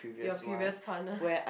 your previous partner